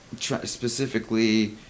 specifically